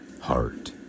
heart